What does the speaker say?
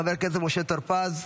חבר הכנסת משה טור פז.